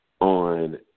on